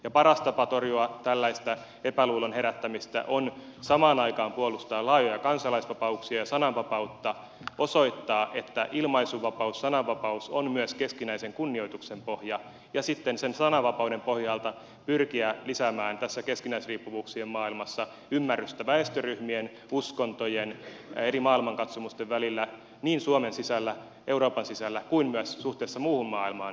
ja paras tapa torjua tällaista epäluulon herättämistä on samaan aikaan puolustaa laajoja kansalaisvapauksia ja sananvapautta osoittaa että ilmaisunvapaus sananvapaus on myös keskinäisen kunnioituksen pohja ja sitten sen sananvapauden pohjalta pyrkiä lisäämään tässä keskinäisriippuvuuksien maailmassa ymmärrystä väestöryhmien uskontojen eri maailmankatsomusten välillä niin suomen sisällä euroopan sisällä kuin myös suhteessa muuhun maailmaan